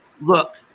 Look